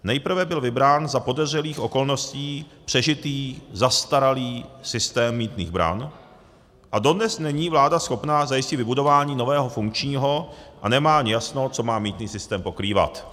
Nejprve byl vybrán za podezřelých okolností přežitý zastaralý systém mýtných bran a dodnes není vláda schopná zajistit vybudování nového funkčního a nemá ani jasno, co má mýtný systém pokrývat.